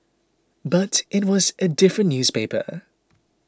but it was a different newspaper